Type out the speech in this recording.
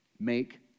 make